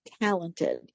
talented